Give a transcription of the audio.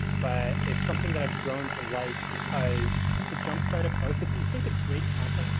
but it's something that i've grown to like because to jump start a post if we think it's great content,